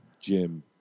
Jim